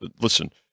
listen